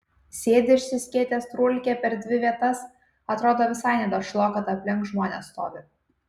sėdi išsiskėtęs trūlike per dvi vietas atrodo visai nedašlo kad aplink žmones stovi